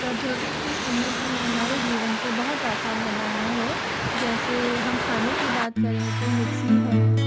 प्रौद्योगिकी में उन्नति ने हमारे जीवन को बोहोत आसान बनाया है जैसे हम खाने की बात करें तो मिक्सी है